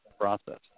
process